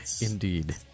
indeed